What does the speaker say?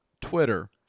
Twitter